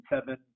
seven